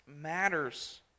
matters